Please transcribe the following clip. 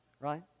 right